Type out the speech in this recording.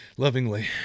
Lovingly